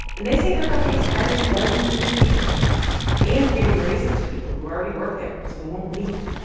and they say their company's hiring dozens of new people and giving raises to people who already work there so they won't leave.